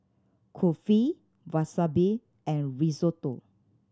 Kulfi Wasabi and Risotto